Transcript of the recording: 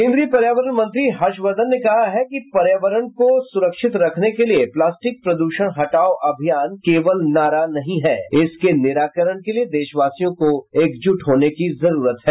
केंद्रीय पर्यावरण मंत्री हर्षवर्धन ने कहा है कि पर्यावरण को सुरक्षित रखने के लिए प्लास्टिक प्रद्रषण हटाओ अभियान केवल नारा नहीं है इसके निराकरण के लिए देशवासियों को एकजूट होने की जरुरत है